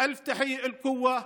והרבה ברכות לצוות הרפואי,